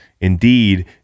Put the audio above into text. Indeed